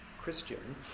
Christian